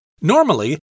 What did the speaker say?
Normally